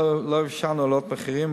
לא אפשרנו להעלות מחירים.